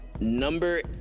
Number